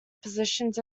positions